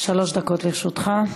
שלוש דקות לרשותך.